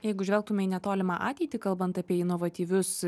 jeigu žvelgtume į netolimą ateitį kalbant apie inovatyvius